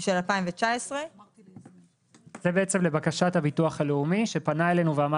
של 2019. זה בעצם לבקשת הביטוח הלאומי שפנה אלינו ואמר